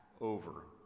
over